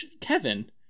Kevin